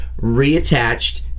reattached